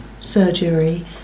surgery